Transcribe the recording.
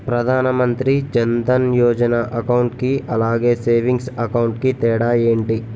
Pradhan Mantri Jan Dhan Yojana account కి అలాగే savings account కి తేడా ఏంటి?